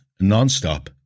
nonstop